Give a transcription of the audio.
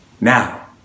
Now